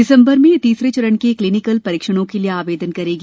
दिसम्बर में यह तीसरे चरण के क्लीनिकल परीक्षणों के लिए आवेदन करेगी